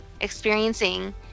experiencing